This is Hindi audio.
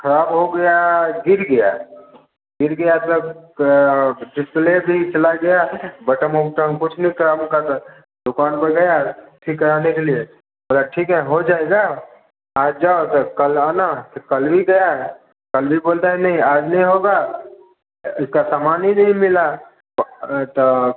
खराब हो गया गिर गया गिर गया तब डिस्प्ले भी चला गया बटम उटम कुछ नहीं काम कर रहा दुकान पर गया ठीक कराने के लिए बोला ठीक है हो जाएगा आ जाओ तो कल आना फिर कल भी गया कल भी बोलता है नहीं आज नहीं होगा इसका सामान ही नहीं मिला त